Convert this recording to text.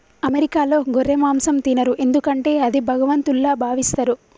అమెరికాలో గొర్రె మాంసం తినరు ఎందుకంటే అది భగవంతుల్లా భావిస్తారు